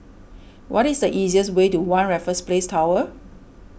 what is the easiest way to one Raffles Place Tower